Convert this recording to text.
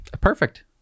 perfect